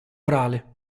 orale